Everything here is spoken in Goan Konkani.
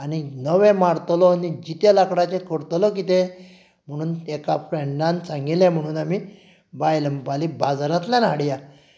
आनी नवें मारतलो आनी जितें लाकडाचें करतलो कितें म्हणून एका फ्रेंडान सांगिल्लें म्हूण आमी बायल म्हणपाक लागली बाजारांतल्यान हाडया